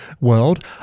world